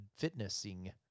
fitnessing